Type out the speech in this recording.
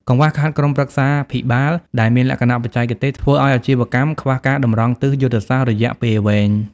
កង្វះខាតក្រុមប្រឹក្សាភិបាល ដែលមានលក្ខណៈបច្ចេកទេស ធ្វើឱ្យអាជីវកម្មខ្វះការតម្រង់ទិសយុទ្ធសាស្ត្ររយៈពេលវែង។